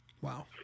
Wow